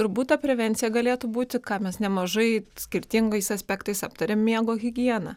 turbūt ta prevencija galėtų būti ką mes nemažai skirtingais aspektais aptarėm miego higiena